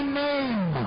name